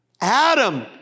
Adam